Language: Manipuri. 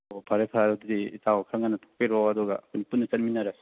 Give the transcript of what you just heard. ꯑꯣ ꯐꯔꯦ ꯐꯔꯦ ꯑꯗꯨꯗꯤ ꯏꯇꯥꯎ ꯈꯔ ꯉꯟꯅ ꯊꯣꯛꯄꯤꯔꯛꯑꯣ ꯑꯗꯨꯒ ꯑꯩꯈꯣꯏ ꯄꯨꯟꯅ ꯆꯠꯃꯤꯟꯅꯔꯁꯤ